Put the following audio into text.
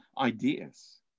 ideas